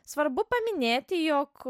svarbu paminėti jog